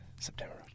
September